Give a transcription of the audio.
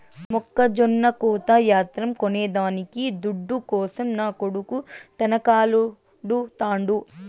మొక్కజొన్న కోత యంత్రం కొనేదానికి దుడ్డు కోసం నా కొడుకు తనకలాడుతాండు